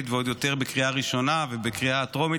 ועוד יותר בקריאה ראשונה ובקריאה הטרומית.